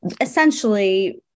essentially